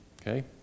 okay